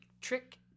trick